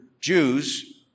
Jews